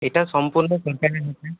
এটা সম্পূর্ণ সেন্টারের বিষয়